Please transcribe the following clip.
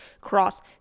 cross